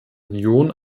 union